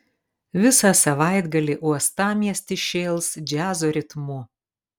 visą savaitgalį uostamiestis šėls džiazo ritmu